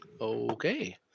Okay